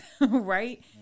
right